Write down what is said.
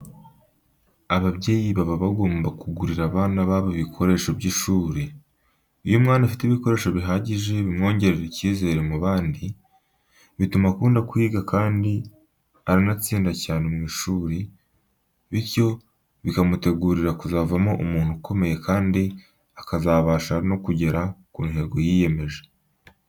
Ababyeyi baba bagomba kugurira abana babo ibikoresho by'ishuri. Iyo umwana afite ibikoresho bihagije bimwongerera icyizere mu bandi, bituma akunda kwiga kandi aranatsinda cyane mu ishuri, bityo bikamutegurira kuzavamo umuntu ukomeye kandi akazabasha no kugera ku ntego yiyemeje.